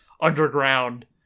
underground